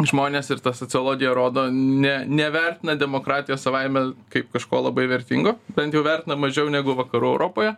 žmonės ir ta sociologija rodo ne nevertina demokratijos savaime kaip kažko labai vertingo bent jau vertina mažiau negu vakarų europoje